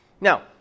Now